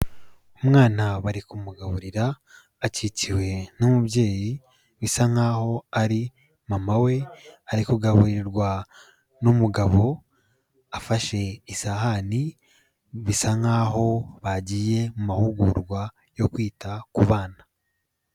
Umwana bari kumugaburira akikiwe n'umubyeyi bisa nkaho ari mama we, ari kugaburirwa n'umugabo afashe isahani bisa nkaho bagiye mu mahugurwa yo kwita ku bana.